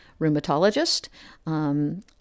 rheumatologist